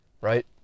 right